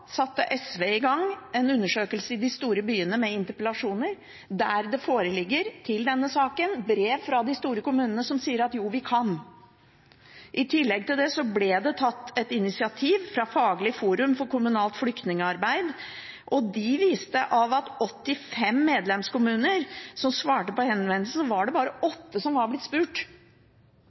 satte SV i gang en undersøkelse i de store byene, med interpellasjoner. Det foreligger til denne saken brev fra de store kommunene som sier at jo, vi kan. I tillegg til det ble det tatt et initiativ fra Faglig Forum For Kommunalt Flyktningarbeid, som viste at av 85 medlemskommuner som svarte på henvendelsen, var det bare åtte som var blitt spurt